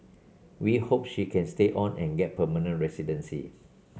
we hope she can stay on and get permanent residency